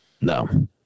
no